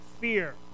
fear